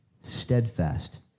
steadfast